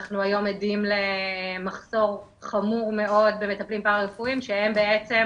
היום עדים למחסור חמור מאוד במטפלים פרה רפואיים שהם בעצם